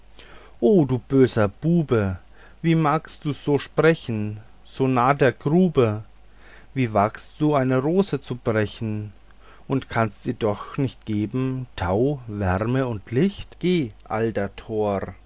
o du böser bube wie magst du so sprechen so nahe der grube wagst du eine rose zu brechen und kannst ihr doch nicht geben tau wärme und licht geh alter tor